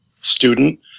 student